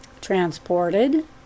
transported